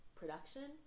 production